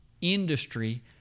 industry